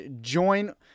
join